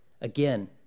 Again